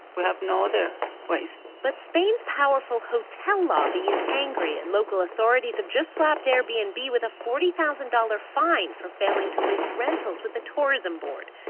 we have no other ways. but spain's powerful hotel lobby is angry. and local authorities have just slapped airbnb and with a forty thousand dollars fine for failing to list rentals with the tourism board.